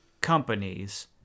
companies